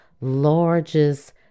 largest